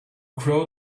crow